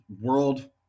world